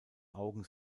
augen